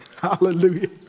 hallelujah